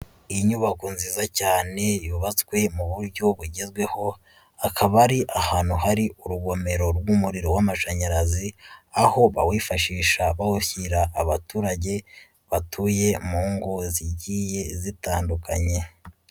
Inyubako nziza cyane yubatswe mu buryo bugezweho, akaba ari ahantu hari urugomero rw'umuriro w'amashanyarazi, aho bawifashisha bawushyira abaturage batuye mu ngo zagiye zitandukanye.